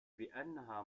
بأنها